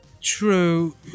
True